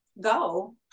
go